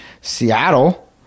Seattle